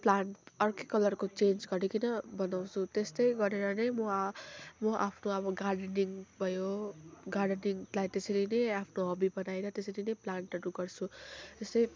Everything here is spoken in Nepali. प्लान्ट अर्कै कलरको चेन्ज गरिकन बनाउँछु त्यस्तै गरेर नै म आफ्नो अब गार्डनिङ भयो गार्डनिङलाई त्यसरी नै आफ्नो हब्बी बनाएर त्यसरी नै प्लान्टहरू गर्छु त्यस्तै